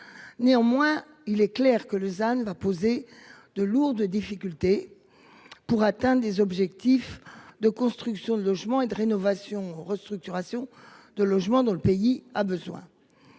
Néanmoins il est clair que Lausanne va poser de lourdes difficultés. Pour atteinte des objectifs de construction de logements et de rénovation restructuration de logements dans le pays a besoin.